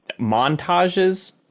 montages